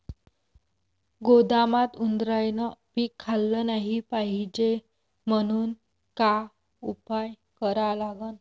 गोदामात उंदरायनं पीक खाल्लं नाही पायजे म्हनून का उपाय करा लागन?